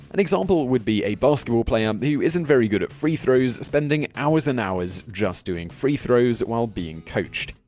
an example would be a basketball player who isn't very good at free throws spending hours and hours just doing free throws while being coached.